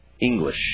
English